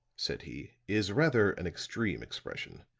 said he, is rather an extreme expression.